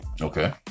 Okay